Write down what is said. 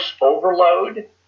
overload